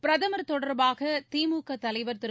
பிரதமர் தொடர்பாக திமுக தலைவர் திரு